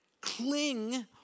Cling